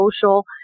social